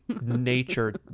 Nature